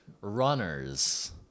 runners